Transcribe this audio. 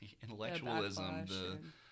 intellectualism